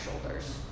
shoulders